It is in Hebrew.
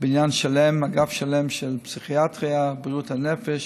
אגף שלם של פסיכיאטריה, בריאות הנפש,